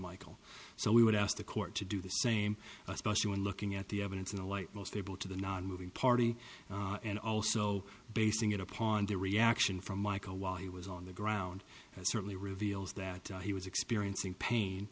michael so we would ask the court to do the same especially when looking at the evidence in the light most able to the nonmoving party and also basing it upon the reaction from michael while he was on the ground certainly reveals that he was experiencing pain